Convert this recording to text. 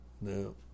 No